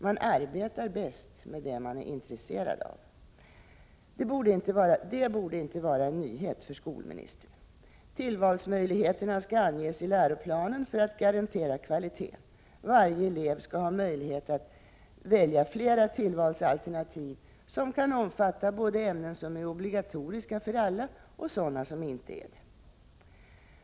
Man arbetar bäst med det man är intresserad av — det borde inte vara en nyhet för skolministern. Tillvalsmöjligheterna skall anges i läroplanen för att garantera kvaliteten. Varje elev skall ha möjlighet att välja flera tillvalsalternativ, som kan omfatta både ämnen som är obligatoriska för alla och sådana som inte är det.